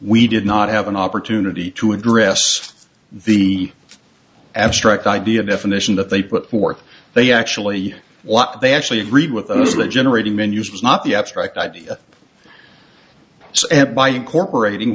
we did not have an opportunity to address the abstract idea definition that they put forth they actually what they actually agreed with the generating menus not the abstract idea by incorporating